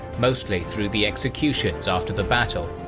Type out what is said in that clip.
mostly through the executions after the battle,